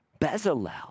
Bezalel